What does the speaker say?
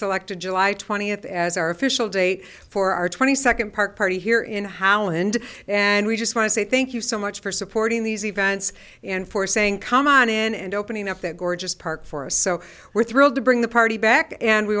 selected july twentieth as our official day for our twenty second park party here in how and and we just want to say thank you so much for supporting these events and for saying come on in and opening up that gorgeous park for us so we're thrilled to bring the party back and we